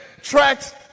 Tracks